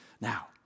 Now